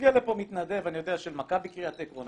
מגיע לפה מתנדב של מכבי קריית עיקרון.